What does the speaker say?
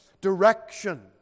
direction